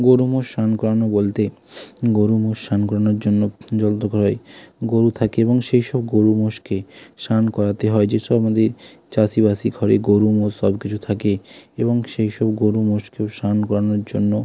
গোরু মোষ স্নান করানো বলতে গোরু মোষ স্নান করানোর জন্য জল দরকার হয় গোরু থাকে এবং সেই সব গোরু মোষকে স্নান করাতে হয় যেসব আমাদের চাষিবাসি ঘরে গোরু মোষ সব কিছু থাকে এবং সেই সব গোরু মোষকেও স্নান করানোর জন্য